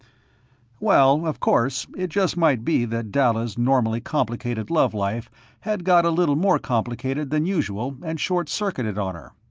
well, of course, it just might be that dalla's normally complicated love-life had got a little more complicated than usual and short-circuited on her,